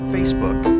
Facebook